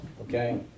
okay